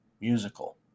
musical